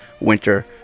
winter